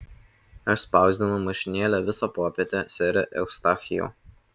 aš spausdinau mašinėle visą popietę sere eustachijau